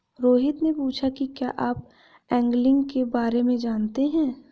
रोहित ने पूछा कि क्या आप एंगलिंग के बारे में जानते हैं?